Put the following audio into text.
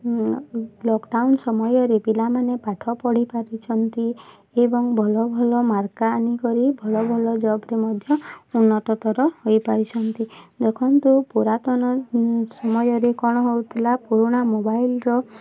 lockdown ସମୟରେ ପିଲାମାନେ ପାଠ ପଢ଼ି ପାରିଛନ୍ତି ଏବଂ ଭଲ ଭଲ ମାର୍କ ଆନିକରି ଭଲ ଭଲ ଜବ୍ରେ ମଧ୍ୟ ଉନ୍ନତତର ହୋଇପାରିଛନ୍ତି ଦେଖନ୍ତୁ ପୁରାତନ ସମୟରେ କ'ଣ ହେଉଥିଲା ପୁରୁଣା ମୋବାଇଲ୍ର